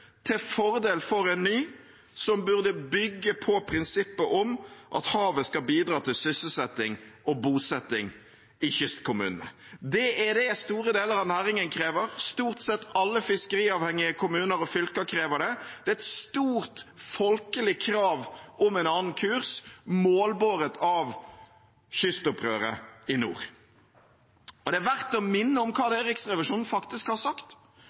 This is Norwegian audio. til fordel for en ny som burde bygge på prinsippet om at havet skal bidra til sysselsetting og bosetting i kystkommunene. Det er det store deler av næringen krever. Stort sett alle fiskeriavhengige kommuner og fylker krever det. Det er et stort, folkelig krav om en annen kurs, målbåret av kystopprøret i nord. Det er verdt å minne om hva det er Riksrevisjonen faktisk har sagt,